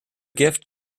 gift